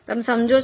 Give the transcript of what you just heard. તમે સમજો છો